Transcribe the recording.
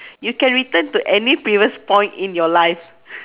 you can return to any previous point in your life